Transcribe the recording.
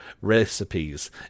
recipes